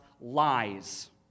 lies